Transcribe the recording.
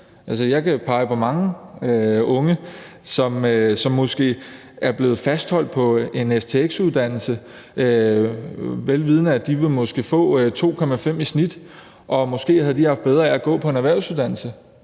jeg kan pege på mange unge, som måske er blevet fastholdt på en stx-uddannelse, vel vidende at de måske vil få 2,5 i snit, og måske havde de haft bedre af at gå på en erhvervsuddannelse,